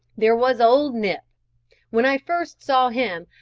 there was old nip when i first saw him,